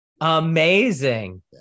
Amazing